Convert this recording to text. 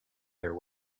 their